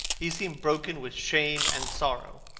he seemed broken with shame and sorrow.